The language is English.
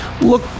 look